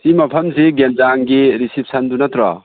ꯁꯤ ꯃꯐꯝꯁꯤ ꯒꯦꯜꯖꯥꯡꯒꯤ ꯔꯤꯁꯤꯞꯁꯟꯗꯨ ꯅꯠꯇ꯭ꯔꯣ